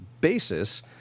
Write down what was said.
basis